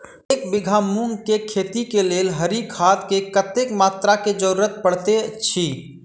एक बीघा मूंग केँ खेती केँ लेल हरी खाद केँ कत्ते मात्रा केँ जरूरत पड़तै अछि?